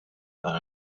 dan